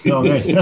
okay